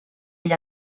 ell